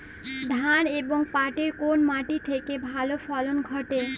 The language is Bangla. ধান এবং পাটের কোন মাটি তে ভালো ফলন ঘটে?